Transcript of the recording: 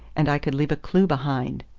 and i could leave a clue behind.